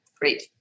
Great